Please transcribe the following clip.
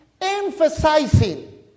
emphasizing